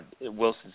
Wilson